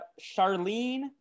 Charlene